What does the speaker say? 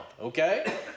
okay